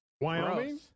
Wyoming